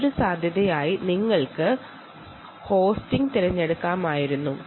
മറ്റൊരു സാധ്യതയായി നിങ്ങൾക്ക് ഹോസ്റ്റിംഗ് തിരഞ്ഞെടുക്കാമായിരുന്നു